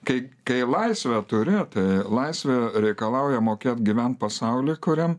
kai kai laisvę turi tai laisvė reikalauja mokėt gyvent pasauly kuriam